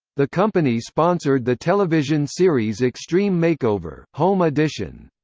the company sponsored the television series extreme makeover home edition.